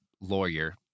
lawyer